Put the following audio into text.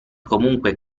comunque